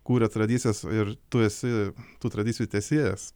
kūrė tradicijas ir tu esi tų tradicijų tęsėjas